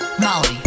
Molly